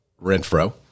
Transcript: Renfro